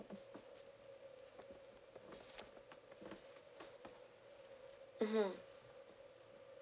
mmhmm